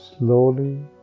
slowly